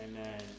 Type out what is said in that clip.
Amen